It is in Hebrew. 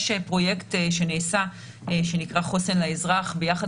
יש פרויקט שנעשה שנקרא "חוסן לאזרח" ביחד